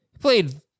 played